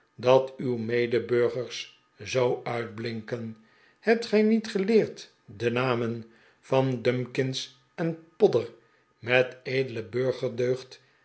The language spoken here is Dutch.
dat uw medeburgers zoo uitblinken hebt gij niet geleerd de namen van dumkins en podder met edele